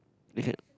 okay